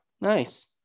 nice